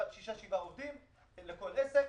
בשבעה עובדים לכל עסק,